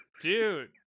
Dude